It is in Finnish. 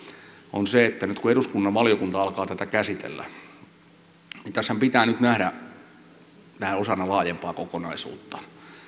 on se että nyt kun eduskunnan valiokunta alkaa tätä käsitellä niin tässähän pitää nyt nähdä tämä osana laajempaa kokonaisuutta